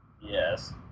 Yes